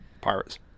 Pirates